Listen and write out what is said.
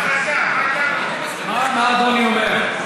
מה אדוני אומר?